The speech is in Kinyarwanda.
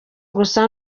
gusa